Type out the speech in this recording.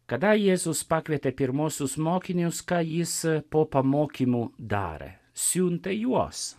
kada jėzus pakvietė pirmuosius mokinius ką jis po pamokymų darė siuntė juos